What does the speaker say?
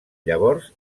llavors